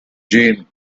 jane